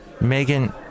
Megan